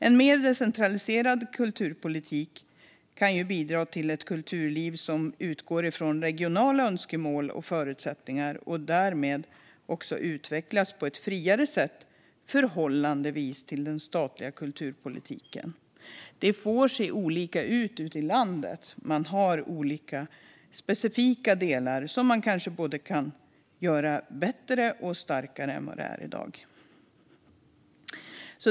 En mer decentraliserad kulturpolitik kan bidra till ett kulturliv som utgår från regionala önskemål och förutsättningar och därmed också utvecklas på ett friare sätt i förhållande till den statliga kulturpolitiken. Det får se olika ut på olika håll i landet. Man har olika specifika delar som man kanske kan göra både bättre och starkare än i dag.